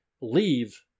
leave